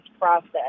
process